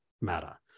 matter